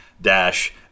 dash